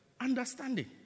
understanding